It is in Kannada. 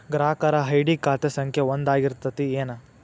ಗ್ರಾಹಕರ ಐ.ಡಿ ಖಾತೆ ಸಂಖ್ಯೆ ಒಂದ ಆಗಿರ್ತತಿ ಏನ